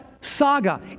Saga